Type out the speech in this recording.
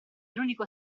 l’unico